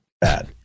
bad